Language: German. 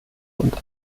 und